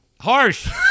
harsh